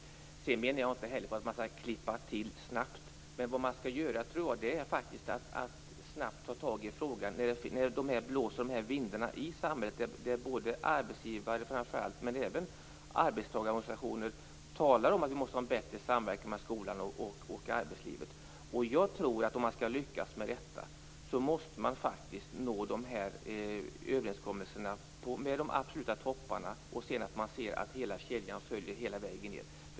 Jag menar inte heller att man skall klippa till snabbt. Men jag tror att man snabbt skall ta tag i frågan när de här vindarna blåser i samhället. Arbetsgivare men även arbetstagarorganisationer talar om att det måste vara bättre samverkan mellan skolan och arbetsliv. Jag tror att om man skall lyckas med detta måste man faktiskt nå överenskommelser med de absoluta topparna och sedan se till att man följer kedjan hela vägen ned.